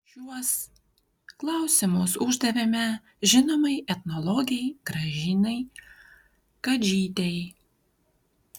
šiuos klausimus uždavėme žinomai etnologei gražinai kadžytei